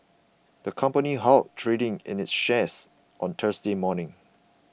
the company halted trading in its shares on Thursday morning